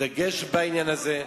דגש בעניין הזה.